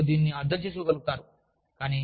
మరియు మీరు దానిని అర్థం చేసుకోగలుగుతారు